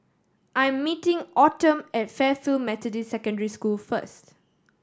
I am meeting Autumn at Fairfield Methodist Secondary School first